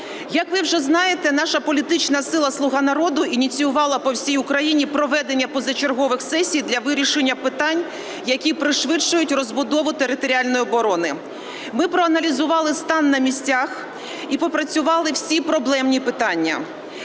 Як ви вже знаєте, наша політична сила "Слуга народу" ініціювала по всій Україні проведення позачергових сесій для вирішення питань, які пришвидшують розбудову територіальної оборони. Ми проаналізували стан на місцях і пропрацювали всі проблемні питання,